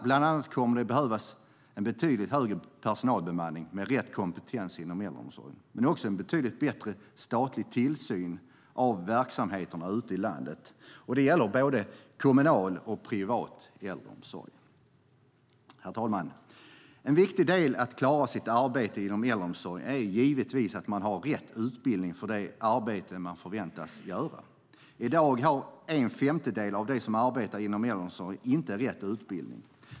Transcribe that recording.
Bland annat kommer det att behövas en betydligt högre personalbemanning med rätt kompetens inom äldreomsorgen, men också en betydligt bättre statlig tillsyn av verksamheterna ute i landet. Det gäller både kommunal och privat äldreomsorg. Herr talman! En viktig del i att klara av sitt arbete inom äldreomsorgen är givetvis att man har rätt utbildning för det arbete man förväntas göra. I dag har en femtedel av dem som arbetar inom äldreomsorgen inte rätt utbildning.